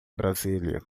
brasília